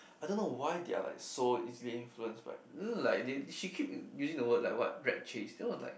I don't know why they are like so easily influenced by like they she keep using the word like what rat chase then was like